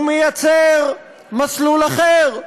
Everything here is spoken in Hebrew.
הוא מייצר מסלול אחר.